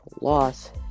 loss